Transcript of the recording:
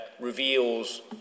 reveals